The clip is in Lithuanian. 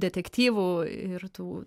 detektyvų ir tų